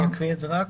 אני אקריא את זה רק.